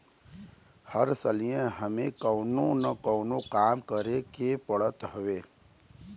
हर सलिए एमे कवनो न कवनो काम करे के पड़त हवे